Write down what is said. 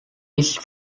his